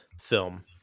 film